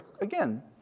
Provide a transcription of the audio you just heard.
again